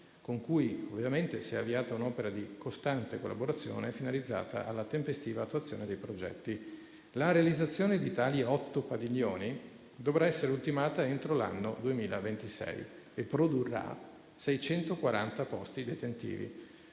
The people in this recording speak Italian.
con cui si è avviata un'opera di costante collaborazione finalizzata alla tempestiva attuazione dei progetti. La realizzazione di tali otto padiglioni dovrà essere ultimata entro l'anno 2026 e produrrà 640 posti detentivi.